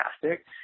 fantastic